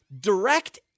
direct